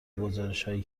گزارشهایی